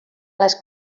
les